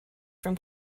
from